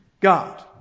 God